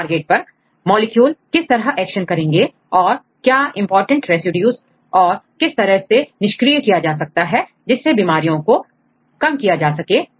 इन target पर molecule किस तरह एक्शन करेंगे और क्या इंपॉर्टेंट रेसिड्यूज और उन्हें किस तरह से निष्क्रिय किया जा सकता है जिससे बीमारियों को कम किया जा सके